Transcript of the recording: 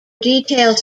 details